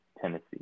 Tennessee